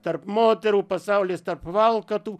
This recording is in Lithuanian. tarp moterų pasaulis tarp valkatų